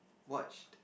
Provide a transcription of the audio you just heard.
watched